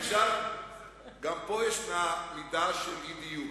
גם פה יש מידה של אי-דיוק,